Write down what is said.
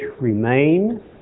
remain